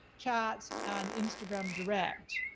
chats, and instagram direct,